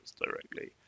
directly